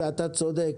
אתה צודק.